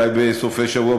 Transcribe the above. אולי בסופי שבוע,